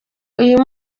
uyu